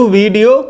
video